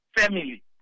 family